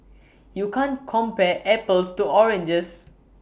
you can't compare apples to oranges